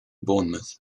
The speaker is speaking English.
bournemouth